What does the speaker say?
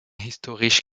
historisch